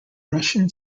russian